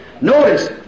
Notice